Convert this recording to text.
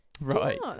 Right